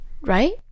right